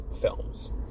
Films